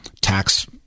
tax